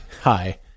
Hi